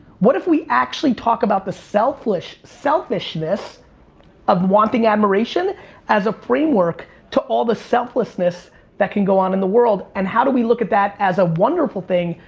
what if we actually talk about the selfishness of wanting admiration as a framework to all the selflessness that can go on in the world. and how do we look at that as a wonderful thing,